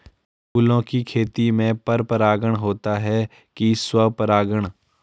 फूलों की खेती में पर परागण होता है कि स्वपरागण?